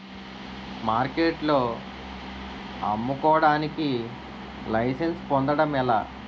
మార్కెట్లో అమ్ముకోడానికి లైసెన్స్ పొందడం ఎలా?